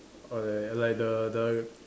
or they like the the